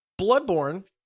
Bloodborne